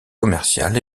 commercial